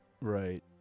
Right